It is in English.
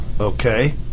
Okay